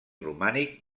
romànic